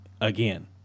again